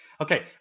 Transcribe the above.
Okay